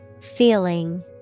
Feeling